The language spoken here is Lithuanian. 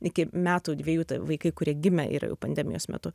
iki metų dviejų vaikai kurie gimę yra jau pandemijos metu